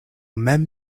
mem